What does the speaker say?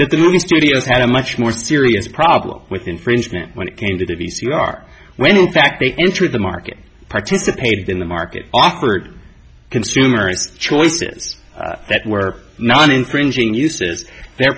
that the movie studios had a much more serious problem with infringement when it came to the v c r when in fact they entered the market participated in the market offered consumers choices that were non infringing uses their